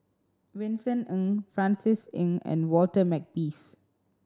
Vincent Ng Francis Ng and Walter Makepeace